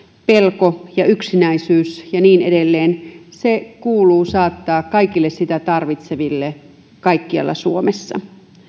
pelko ja yksinäisyys ja niin edelleen kuuluu saattaa kaikille sitä tarvitseville kaikkialla suomessa